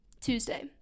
Tuesday